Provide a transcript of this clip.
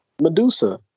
Medusa